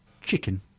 chicken